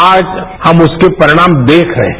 आज हम उसके परिणाम देख रहे हैं